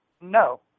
no